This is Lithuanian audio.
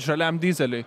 žaliam dyzeliui